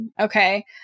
Okay